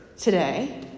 today